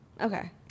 Okay